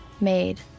made